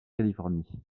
californie